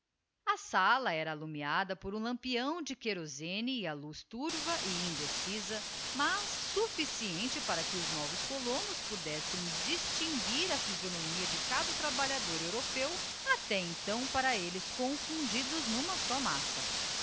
a sala era alumiada por um lampeão de kerosene e a luz turva e indecisa mas sufficiente para que os novos colonos pudessem distinguir a physionomia de cada trabalhador europeu até então para elles confundidos nima só massa